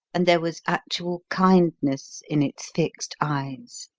and there was actual kindness in its fixed eyes.